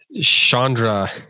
Chandra